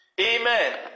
Amen